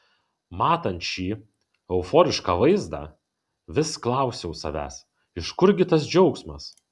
matant šį euforišką vaizdą vis klausiau savęs iš kur gi tas džiaugsmas